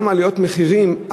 עליות מחירים,